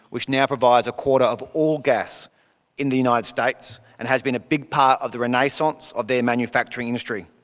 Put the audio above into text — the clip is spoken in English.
which now provides a quarter of all gas in the united states and has been a big part of the renaissance of their manufacturing industry.